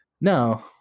No